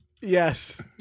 Yes